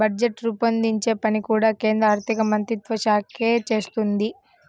budget రూపొందించే పని కూడా కేంద్ర ఆర్ధికమంత్రిత్వ శాఖే చేస్తుంది